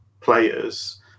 players